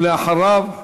לאחריו,